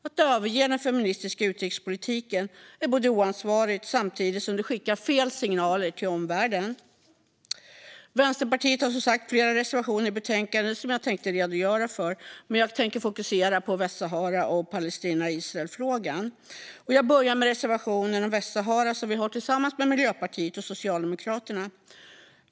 Att överge den feministiska utrikespolitiken är oansvarigt samtidigt som det skickar fel signaler till omvärlden. Vänsterpartiet har som sagt flera reservationer i betänkandet som jag tänker redogöra för, men jag tänker fokusera på Västsahara och Palestina och Israelfrågan. Jag börjar med reservationen om Västsahara, som vi har tillsammans med Miljöpartiet och Socialdemokraterna.